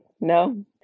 No